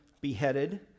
beheaded